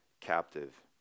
captive